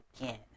again